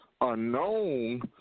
Unknown